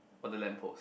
on the lamp post